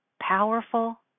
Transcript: powerful